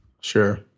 Sure